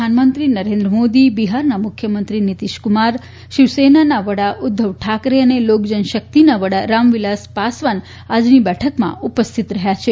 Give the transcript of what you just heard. પ્રધાનમંત્રી નરેન્દ્ર મોદી બિહારના મુખ્યમંત્રી નિતીશકુમાર શિવસેનાના વડા ઉદ્વવ ઠાકરે અને લોકજનસક્તિના વડા રામવિલાસ પાસવાન આજની બેઠકમાં ઉપસ્થિત રહ્યા છે